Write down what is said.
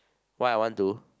why I want to